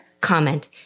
comment